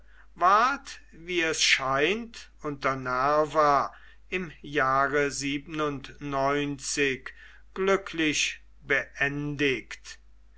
wie es scheint unter nerva im jahre glücklich beendigt